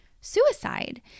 suicide